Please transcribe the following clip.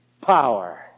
power